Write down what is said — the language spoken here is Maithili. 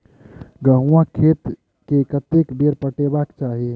गहुंमक खेत केँ कतेक बेर पटेबाक चाहि?